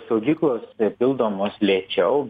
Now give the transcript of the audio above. saugyklos pildomos lėčiau